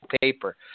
paper